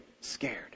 scared